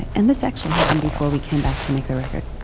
and this actually happened before we came back to make the record.